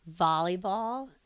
volleyball